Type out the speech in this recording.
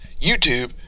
YouTube